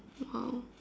!wow!